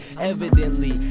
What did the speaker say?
Evidently